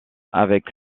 avec